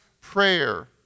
prayer